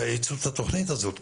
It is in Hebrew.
תאיצו את התוכנית הזאת.